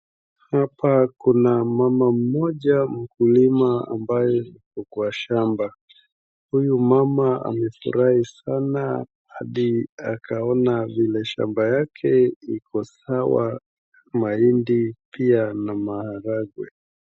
Hapa kuna mama mmoja mkulima ambaye ako kwa shamba. Huyo mama amefurahi sana hadi akaona vile shamba yake iko sawa, mahindi pia na maharagwe.